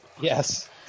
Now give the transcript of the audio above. Yes